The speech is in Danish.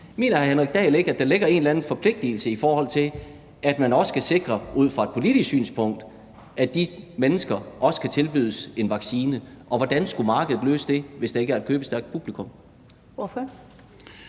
Mener hr. Henrik Dahl ikke, at der ligger en eller anden forpligtigelse, i forhold til at man også skal sikre ud fra et politisk synspunkt, at de mennesker også kan tilbydes en vaccine? Og hvordan skulle markedet løse det, hvis der ikke er et købestærkt publikum?